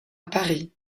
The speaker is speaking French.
paris